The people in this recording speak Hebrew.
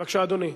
בבקשה, אדוני.